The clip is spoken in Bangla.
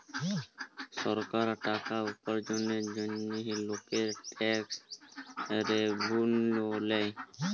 সরকার টাকা উপার্জলের জন্হে লকের ট্যাক্স রেভেন্যু লেয়